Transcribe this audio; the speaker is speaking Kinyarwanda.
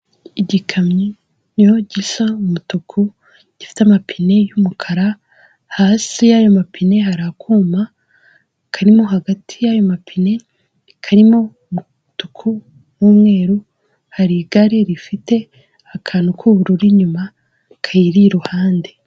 Igikamyo gisa umutuku, gifite amapine y'umukara, hasi yayo mapine hari akuma karimo hagati yayo mapine, karimo umutuku n'umweru, hari igare rifite akantu k'ubururu inyuma kayiri iruhande.